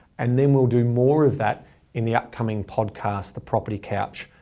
and then we'll do more of that in the upcoming podcast, the property couch,